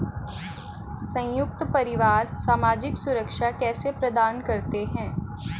संयुक्त परिवार सामाजिक सुरक्षा कैसे प्रदान करते हैं?